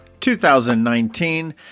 2019